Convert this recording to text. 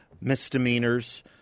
misdemeanors